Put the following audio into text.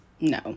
No